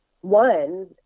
One